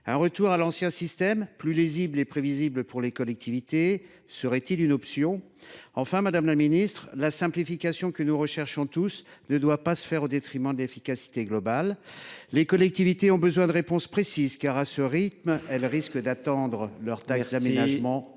Un retour à l’ancien système, plus lisible et prévisible pour les collectivités, serait il une option ? La simplification que nous recherchons tous ne doit pas se faire au détriment de l’efficacité globale. Les collectivités ont besoin de réponses précises, car, à ce rythme, elles risquent d’attendre le versement